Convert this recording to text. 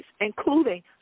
including